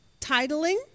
titling